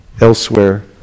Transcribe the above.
elsewhere